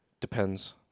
Depends